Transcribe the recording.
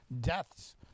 deaths